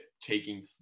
taking